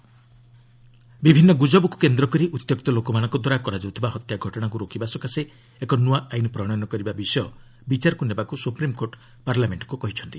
SC lynching ବିଭିନ୍ନ ଗ୍ରଜବକ୍ କେନ୍ଦ୍ରକରି ଉଉ୍ୟକ୍ତ ଳୋକମାନଙ୍କଦ୍ୱାରା କରାଯାଉଥିବା ହତ୍ୟା ଘଟଣାକୁ ରୋକିବା ସକାଶେ ଏକ ନ୍ତ୍ରଆ ଆଇନ ପ୍ରଣୟନ କରିବା ବିଷୟ ବିଚାର କରିବାକୁ ସୁପ୍ରିମ୍କୋର୍ଟ ପାର୍ଲାମେଣ୍ଟକୁ କହିଛନ୍ତି